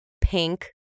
pink